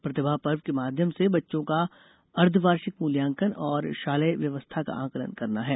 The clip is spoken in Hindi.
प्रतिभा पर्व के माध्यम से बच्चों का अर्द्ववार्षिक मूल्यांकन और शालेय व्यवस्था का आंकलन करना है